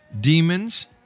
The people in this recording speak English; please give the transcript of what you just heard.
demons